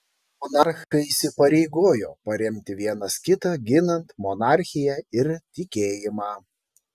monarchai įsipareigojo paremti vienas kitą ginant monarchiją ir tikėjimą